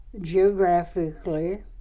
geographically